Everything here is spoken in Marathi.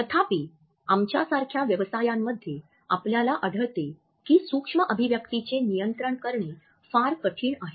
तथापि आमच्यासारख्या व्यवसायांमध्ये आपल्याला आढळते की सूक्ष्म अभिव्यक्तीचे नियंत्रण करणे फार कठीण आहे